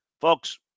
folks